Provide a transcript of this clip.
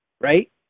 Right